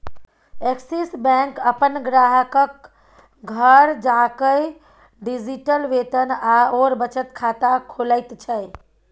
axis bank अपन ग्राहकक घर जाकए डिजिटल वेतन आओर बचत खाता खोलैत छै